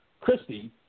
Christy